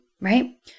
right